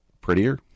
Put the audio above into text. prettier